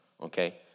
Okay